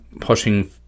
pushing